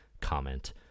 comment